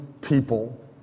people